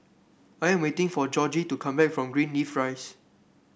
I am waiting for Georgie to come back from Greenleaf Rise